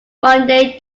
monday